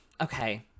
Okay